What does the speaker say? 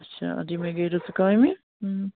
اچھا اَدٕ یِمَے گٔے رٔژٕ کامہِ